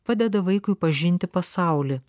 padeda vaikui pažinti pasaulį